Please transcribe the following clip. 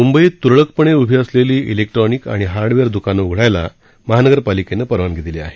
मुंबईत तुरळकपणे उभी असलेली इलेक्ट्रॉनिक आणि हार्डवेअर दुकानं उघडायला महानगरपालिकेने परवानगी दिली आहे